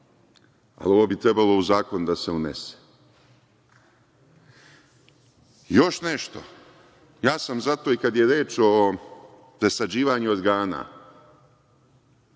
ali ovo bi trebalo u zakon da se unese. Još nešto, ja sam za to i kad je reč o presađivanju organa